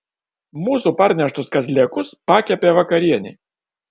mūsų parneštus kazlėkus pakepė vakarienei